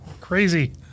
Crazy